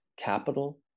capital